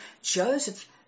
Joseph